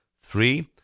Three